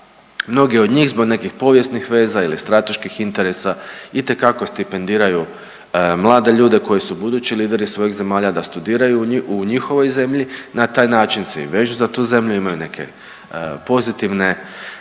mnogi od njih zbog nekih povijesnih veza ili strateških interesa itekako stipendiraju mlade ljude koji su budući lideri svojih zemalja da studiraju u njihovoj zemlji. Na taj način se i vežu za tu zemlju, imaju neke pozitivne